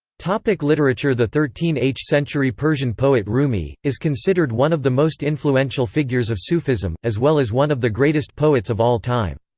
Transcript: like literature the thirteen h century persian poet rumi, is considered one of the most influential figures of sufism, as well as one of the greatest poets of all time.